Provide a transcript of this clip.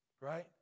Right